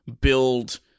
build